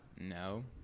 No